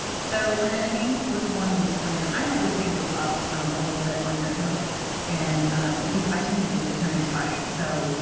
so we're going to chain forty one loosely, and i always say go up a little bit on your hook and because i tend to do it kind of tight. so